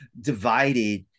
divided